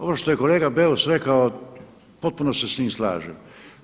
Ovo što je kolega Beus rekao potpuno se s time slažem.